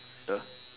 the